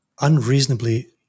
unreasonably